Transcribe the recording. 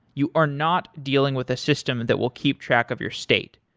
you are not dealing with a system that will keep track of your state.